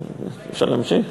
אפשר להמשיך?